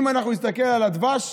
אם אנחנו נסתכל על הדבש,